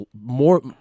more